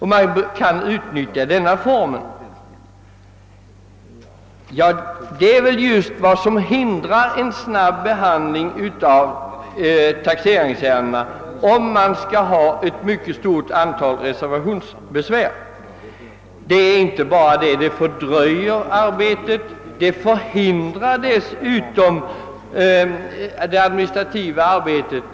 Men det är väl just detta som hindrar en snabb behandling av taxeringsärendena. Om man har ett mycket stort antal reservationsbesvär fördröjer man arbetet med taxeringen och förhindrar och fördröjer dessutom avsevärt det administrativa arbetet.